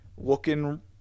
Looking